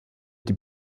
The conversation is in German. die